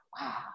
wow